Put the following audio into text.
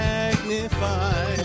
Magnify